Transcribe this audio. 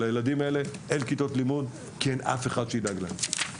לילדים האלה אין כיתות לימוד כי אין אף אחד שידאג להם.